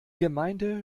gemeinde